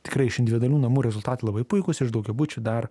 tikrai iš individualių namų rezultatų labai puikūs iš daugiabučių dar